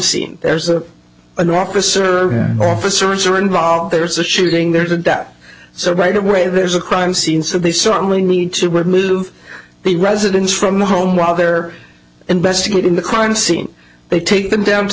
scene there's a an officer officer involved there's a shooting there's a doubt so right away there's a crime scene so they certainly need to remove the residence from the home while they're investigating the crime scene they take them down to